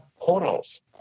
portals